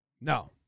No